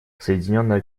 соединенное